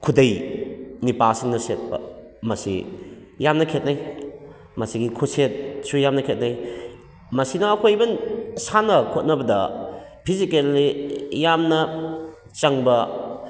ꯈꯨꯗꯩ ꯅꯨꯄꯥꯁꯤꯡꯅ ꯁꯦꯠꯄ ꯃꯁꯤ ꯌꯥꯝꯅ ꯈꯦꯅꯩ ꯃꯁꯤꯒꯤ ꯈꯨꯁꯦꯠꯁꯨ ꯌꯥꯝꯅ ꯈꯦꯅꯩ ꯃꯁꯤꯅ ꯑꯩꯈꯣꯏꯅ ꯏꯕꯟ ꯁꯥꯟꯅ ꯈꯣꯠꯅꯕꯗ ꯐꯤꯖꯤꯀꯦꯜꯂꯤ ꯌꯥꯝꯅ ꯆꯪꯕ